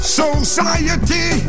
society